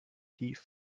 tief